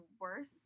worse